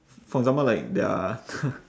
for example like there are